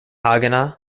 haganah